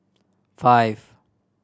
five